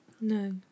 No